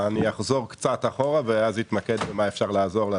זה החומר שעליו הסבתות שלנו